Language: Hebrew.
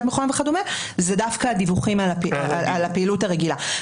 וכו' זה דווקא הדיווחים על הפעילות הרגילה.